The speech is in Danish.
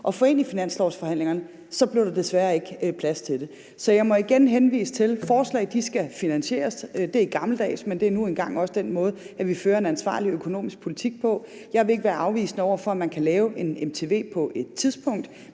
at få ind i finanslovsforhandlingerne, så bliver der desværre ikke plads til det. Så jeg må igen henvise til, at forslag skal finansieres; det er gammeldags, men det er nu engang den måde, vi fører en ansvarlig økonomisk politik på. Jeg vil ikke være afvisende over for at man kan lave en medicinsk